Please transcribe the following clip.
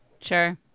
Sure